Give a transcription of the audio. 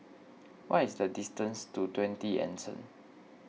what is the distance to twenty Anson